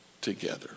together